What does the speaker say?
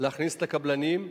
להכניס את הקבלנים,